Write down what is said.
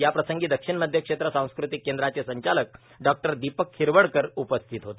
याप्रसंगी दक्षिण मध्य क्षेत्र सांस्कृतिक केंद्राचे संचालक डॉक्टर दीपक खिरवडकर उपस्थित होते